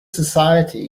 society